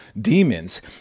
demons